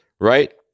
right